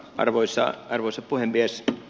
arvoisa puhemies